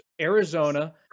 Arizona